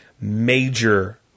major